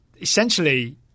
essentially